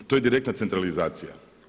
To je direktna centralizacija.